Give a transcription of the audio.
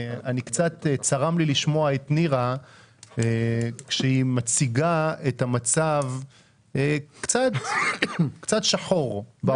קצת צרם לי לשמוע את נירה מציגה את המצב קצת שחור בעוטף.